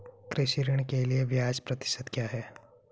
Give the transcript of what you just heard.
कृषि ऋण के लिए ब्याज प्रतिशत क्या है?